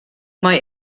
mae